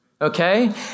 Okay